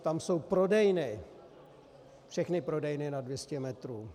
Tam jsou prodejny, všechny prodejny nad 200 metrů.